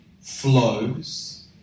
flows